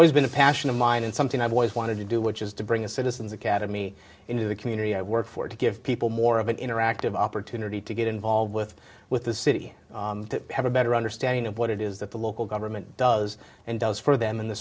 always been a passion of mine and something i've always wanted to do which is to bring a citizens academy into the community i work for to give people more of an interactive opportunity to get involved with with the city to have a better understanding of what it is that the local government does and does for them in the